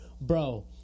Bro